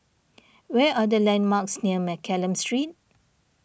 where are the landmarks near Mccallum Street